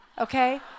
okay